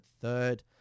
third